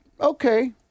okay